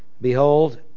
Behold